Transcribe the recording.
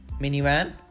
minivan